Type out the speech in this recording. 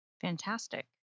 Fantastic